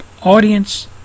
audience